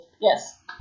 Yes